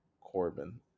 Corbin